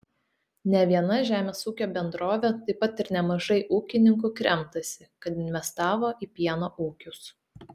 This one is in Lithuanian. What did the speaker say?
ne viena žemės ūkio bendrovė taip pat ir nemažai ūkininkų kremtasi kad investavo į pieno ūkius